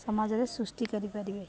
ସମାଜରେ ସୃଷ୍ଟି କରିପାରିବେ